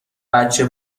بچه